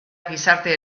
gizarte